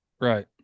right